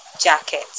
jacket